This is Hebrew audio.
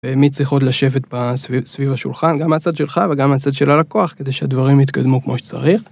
מי צריך עוד לשבת סביב השולחן גם הצד שלך וגם הצד של הלקוח כדי שהדברים יתקדמו כמו שצריך.